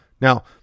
Now